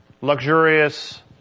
luxurious